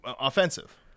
offensive